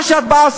מה שאת באה,